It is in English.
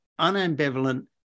unambivalent